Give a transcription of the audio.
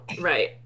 right